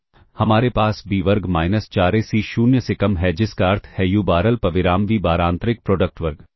तो हमारे पास b वर्ग माइनस 4ac 0 से कम है जिसका अर्थ है u बार अल्पविराम v बार आंतरिक प्रोडक्ट वर्ग